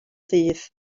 ddydd